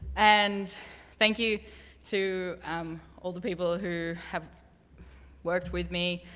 and thank you to all the people who have worked with me,